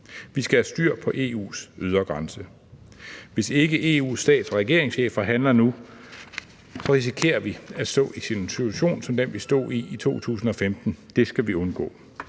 Vi skal have styr på EU's ydre grænse. Hvis ikke EU's stats- og regeringschefer handler nu, risikerer vi at stå i sådan en situation som den, vi stod i i 2015. Det skal vi undgå.